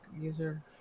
user